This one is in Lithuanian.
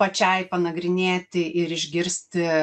pačiai panagrinėti ir išgirsti